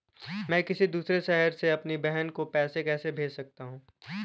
मैं किसी दूसरे शहर से अपनी बहन को पैसे कैसे भेज सकता हूँ?